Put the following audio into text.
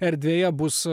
erdvėje bus